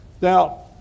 Now